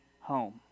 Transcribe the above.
home